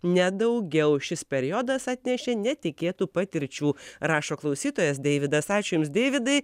ne daugiau šis periodas atnešė netikėtų patirčių rašo klausytojas deividas ačiū jums deividai